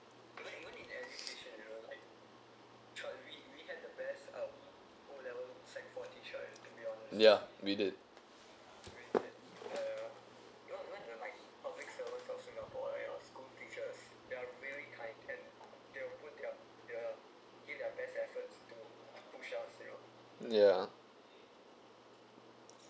ya we did ya